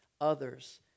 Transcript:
others